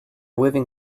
waving